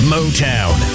Motown